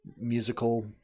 musical